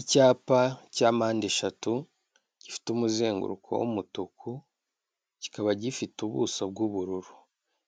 Icyapa cya mpande eshatu gifite umuzenguruko w'umutuku, kikaba gifite ubuso bw'ubururu.